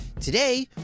Today